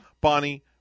Bonnie